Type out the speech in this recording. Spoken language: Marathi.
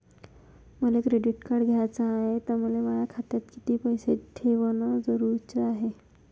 मले क्रेडिट कार्ड घ्याचं हाय, त मले माया खात्यात कितीक पैसे ठेवणं जरुरीच हाय?